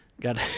Got